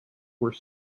were